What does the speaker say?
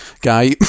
guy